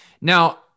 Now